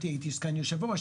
הייתי סגן היושב ראש,